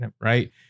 right